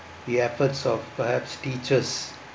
the efforts of perhaps teachers